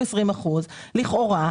שהוא 20% - לכאורה,